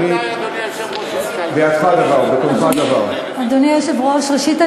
מכל מלמדי, אדוני היושב-ראש, השכלתי.